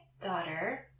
daughter